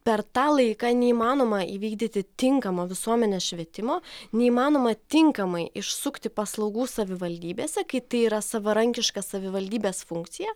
per tą laiką neįmanoma įvykdyti tinkamo visuomenės švietimo neįmanoma tinkamai išsukti paslaugų savivaldybėse kai tai yra savarankiška savivaldybės funkcija